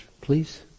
please